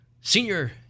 senior